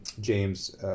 James